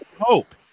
hope